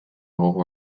gogo